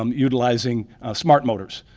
um utilizing smart motors,